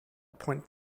point